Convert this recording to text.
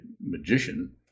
magician